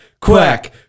Quack